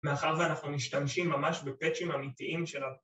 ‫מאחר זה אנחנו משתמשים ממש ‫בפאצ'ים אמיתיים שלנו.